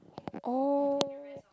oh